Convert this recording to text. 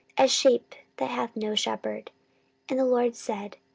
as sheep that have no shepherd and the lord said,